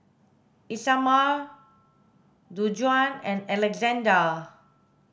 Isamar Djuana and Alexzander